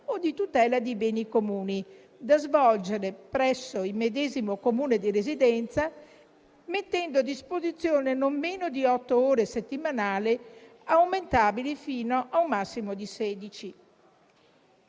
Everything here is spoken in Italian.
o di tutela dei beni comuni, da svolgere presso il medesimo Comune di residenza, mettendo a disposizione non meno di otto ore settimanali, aumentabili fino a un massimo di